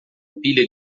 pilha